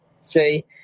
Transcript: See